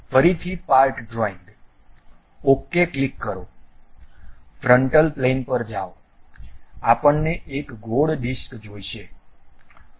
ફરીથી part drawing OK click કરો frontal plane પર જાઓ આપણને એક ગોળ ડિસ્ક જોઈશે